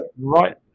right